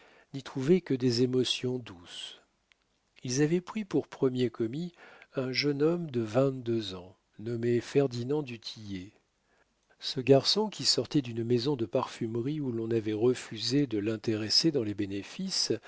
n'y trouvaient que des émotions douces ils avaient pris pour premier commis un jeune homme de vingt-deux ans nommé ferdinand du tillet ce garçon qui sortait d'une maison de parfumerie où l'on avait refusé de l'intéresser dans les bénéfices